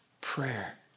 Prayer